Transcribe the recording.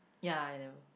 ya I never